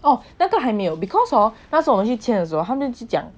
oh 那个还没有 because hor 那是我去签的时候他们讲